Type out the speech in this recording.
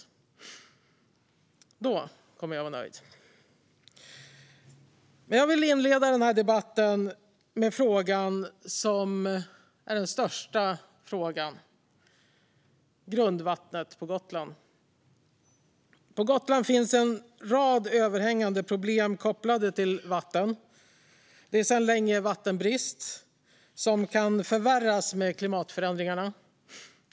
Då kommer jag att vara nöjd. Jag vill inleda denna debatt med den fråga som är störst: grundvattnet på Gotland. På Gotland finns en rad överhängande problem kopplade till vatten. Det är sedan länge vattenbrist, som kan förvärras med klimatförändringarna.